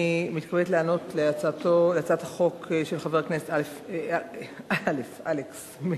אני מתכבדת לענות על הצעת החוק של חבר הכנסת אלכס מילר.